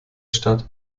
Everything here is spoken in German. stadt